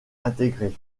intégrées